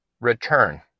return